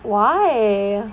why